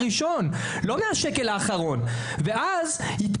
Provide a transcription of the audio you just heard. אני רוצה להביא את קולם,